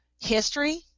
history